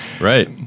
Right